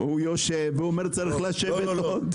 הוא יושב והוא אומר צריך לשבת עוד.